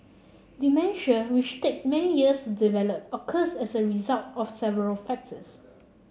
dementia which take many years develop occurs as a result of several factors